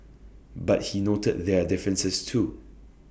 but he noted their differences too